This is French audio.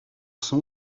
son